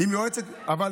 אם יועצת, הוא היה מעולה.